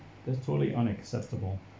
that's totally unacceptable